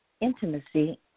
intimacy